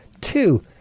Two